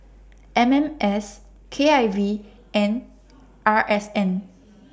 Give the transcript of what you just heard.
M S K I V and R S N